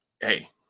Hey